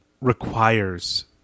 requires